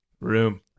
room